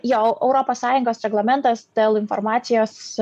jo europos sąjungos reglamentas dėl informacijos